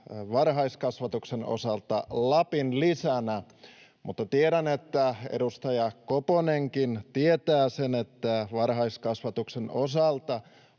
varhaiskasvatuksen osalta sanaa ”lapinlisä”, mutta tiedän, että edustaja Koponenkin tietää sen, että varhaiskasvatuksen osalta